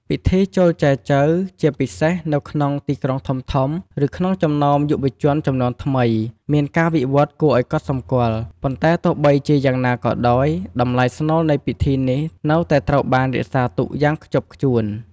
ពិធីចូលចែចូវ ជាពិសេសនៅក្នុងទីក្រុងធំៗ ឬក្នុងចំណោមយុវជនជំនាន់ថ្មី មានការវិវឌ្ឍន៍គួរឲ្យកត់សម្គាល់ ប៉ុន្តែទោះបីជាយ៉ាងណាក៏ដោយ តម្លៃស្នូលនៃពិធីនេះនៅតែត្រូវបានរក្សាទុកយ៉ាងខ្ជាប់ខ្ជួន។